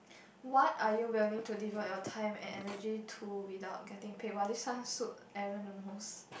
what are you willing to divide your time and energy to without getting pay !wah! this one suit Aaron the most